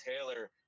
Taylor